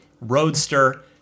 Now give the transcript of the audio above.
Roadster